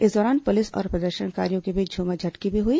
इस दौरान पुलिस और प्रदर्शनकारियों के बीच झूमा झटकी भी हुई